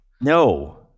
No